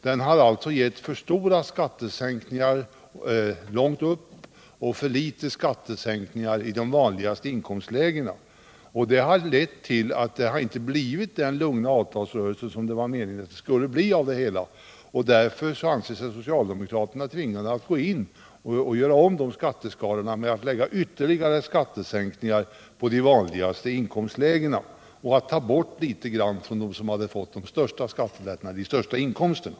Den ger för stora skattesänkningar långt upp och för små skattesänkningar i de vanligaste inkomstlägena, och detta har lett till att det inte blir den lugna avtalsrörelse som det var meningen att det skulle bli. Därför anser sig Socialdemokraterna tvingade att göra om skatteskalan så att det blir större skattesänkningar i de vanligaste inkomstlägena och litet mindre sänkningar för dem som har de största inkomsterna.